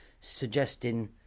suggesting